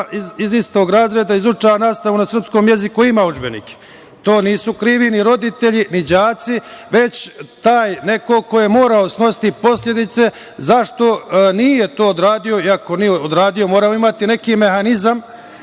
iz istog razreda, izučava nastavu na srpskom jeziku ima udžbenike. Tu nisu krivi ni roditelji ni đaci, već taj neko ko je morao da snosi posledice zašto nije to odradio, i ako nije odradio moramo imati neki mehanizam